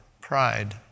pride